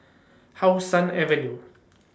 How Sun Avenue